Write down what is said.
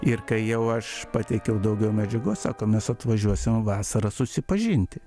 ir kai jau aš pateikiau daugiau medžiagos sako mes atvažiuosim vasarą susipažinti